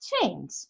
change